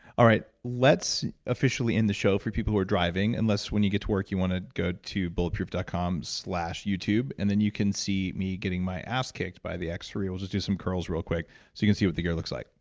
all right. let's officially end the show for people who are driving, unless when you get to work, you want to go to bulletproof dot com slash youtube and then you can see me getting my ass kicked by the x three. we'll just do some curls real quick so you can see what the gear looks like.